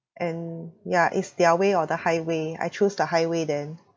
and ya it's their way or the highway I choose the highway then